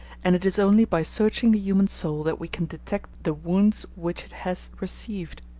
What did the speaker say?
and it is only by searching the human soul that we can detect the wounds which it has received.